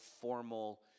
formal